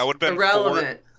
irrelevant